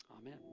Amen